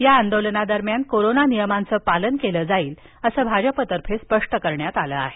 या आंदोलनादरम्यान कोरोना नियमांचं पालन केलं जाईलअसं भाजपतर्फे सांगण्यात आलं आहे